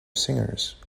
singers